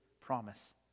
promise